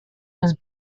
was